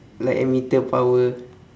like emitter power